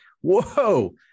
whoa